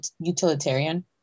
utilitarian